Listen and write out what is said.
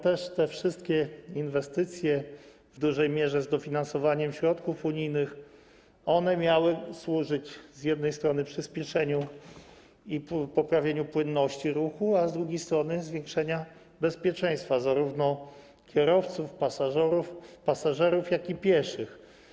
Te wszystkie inwestycje, w dużej mierze z dofinansowaniem ze środków unijnych, miały służyć z jednej strony przyspieszeniu i poprawieniu płynności ruchu, a z drugiej strony zwiększeniu bezpieczeństwa zarówno kierowców, pasażerów, jak i pieszych.